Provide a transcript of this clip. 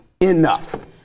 enough